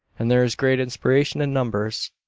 and there is great inspiration in numbers.